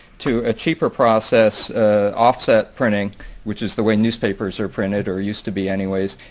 to a cheaper process offset printing which is the way newspapers are printed or used to be anyways.